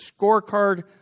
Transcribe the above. scorecard